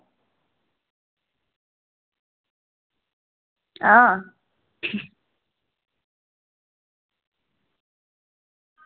आं